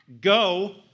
Go